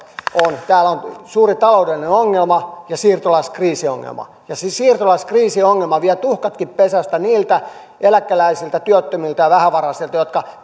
on täällä on suuri taloudellinen ongelma ja siirtolaiskriisiongelma ja se siirtolaiskriisiongelma vie tuhkatkin pesästä niiltä eläkeläisiltä työttömiltä ja vähävaraisilta jotka